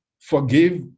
forgive